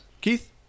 Keith